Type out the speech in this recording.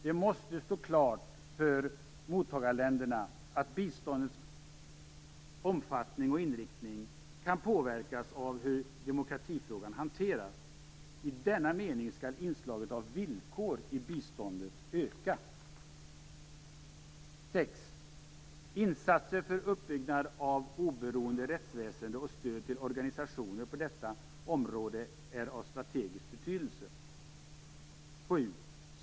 Det måste stå klart för mottagarländerna att biståndets omfattning och inriktning kan påverkas av hur demokratifrågan hanteras. I denna mening skall inslaget av villkor i biståndet öka. 6. Insatser för uppbyggnad av oberoende rättsväsende och stöd till organisationer på detta område är av strategisk betydelse. 7.